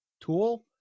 tool